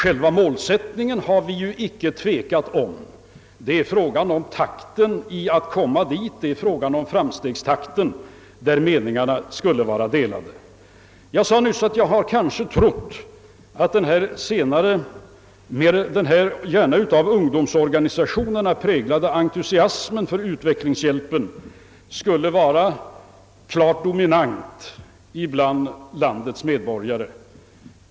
Om målet har vi inte varit oense; det är i fråga om framstegstakten som meningarna kan vara delade. Jag sade nyss att jag kanske har trott att den här senare ståndpunkten — som framför allt företräds av ungdomsorganisationerna vilka har en mycket stor entusiasm för utvecklingshjälpen — skulle vara den klart dominerande bland landets medborgare.